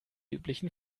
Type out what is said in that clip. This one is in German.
üblichen